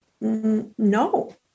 no